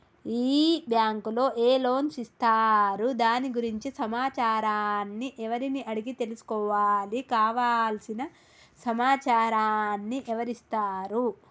ఈ బ్యాంకులో ఏ లోన్స్ ఇస్తారు దాని గురించి సమాచారాన్ని ఎవరిని అడిగి తెలుసుకోవాలి? కావలసిన సమాచారాన్ని ఎవరిస్తారు?